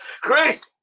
Chris